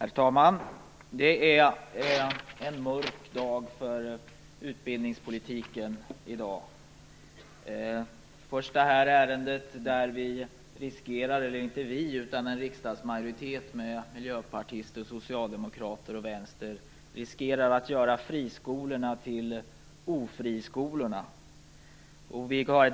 Herr talman! Det är en mörk dag för utbildningspolitiken i dag. Först tas det här ärendet upp, där vi riskerar att en riksdagsmajoritet av miljöpartister, socialdemokrater och vänsterpartister gör friskolorna till ofriskolor.